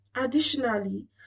Additionally